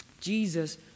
Jesus